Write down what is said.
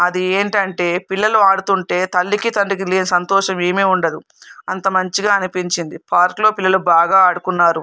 అది ఏంటంటే పిల్లలు ఆడుతుంటే తల్లికి తండ్రికి లేని సంతోషం ఏమి ఉండదు అంత మంచిగా అనిపించింది పార్కులో పిల్లలు బాగా ఆడుకున్నారు